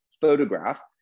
photograph